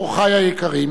אורחי היקרים,